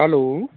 hello